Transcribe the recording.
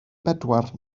bedwar